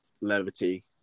levity